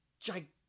gigantic